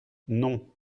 non